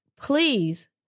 please